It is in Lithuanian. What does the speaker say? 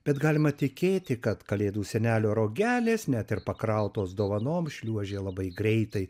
bet galima tikėti kad kalėdų senelio rogelės net ir pakrautos dovanom šliuožė labai greitai